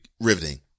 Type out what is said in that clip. riveting